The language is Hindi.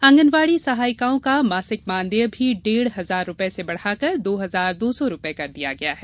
आंगनवाड़ी सहायिकाओं का मासिक मानदेय भी डेढ़ हजार रुपए से बढ़ाकर दो हजार दो सौ रुपए कर दिया गया है